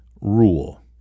rule